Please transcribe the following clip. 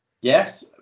Yes